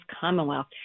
commonwealth